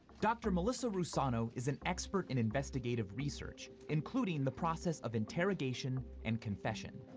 dr. melissa russano is an expert in investigative research, including the process of interrogation and confession.